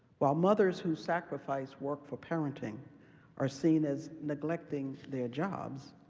while mothers who sacrifice work for parenting are seen as neglecting their jobs.